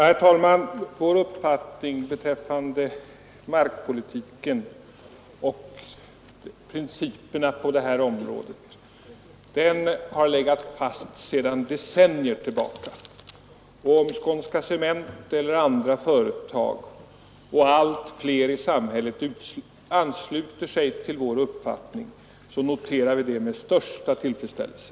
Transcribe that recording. Herr talman! Vår uppfattning beträffande markpolitiken och principerna på det här området har legat fast sedan decennier tillbaka. Om Skånska Cement eller andra företag och allt fler människor i samhället ansluter sig till vår uppfattning, noterar vi detta med största tillfredsställelse.